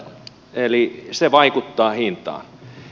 eli se vaikuttaa hintaan